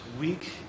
week